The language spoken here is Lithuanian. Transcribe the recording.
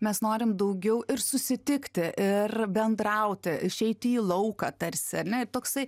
mes norim daugiau ir susitikti ir bendrauti išeiti į lauką tarsi ane toksai